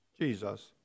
Jesus